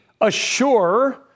assure